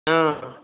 ஆ